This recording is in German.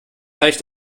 reicht